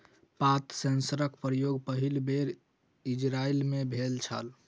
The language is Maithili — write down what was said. पात सेंसरक प्रयोग पहिल बेर इजरायल मे भेल छल